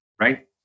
right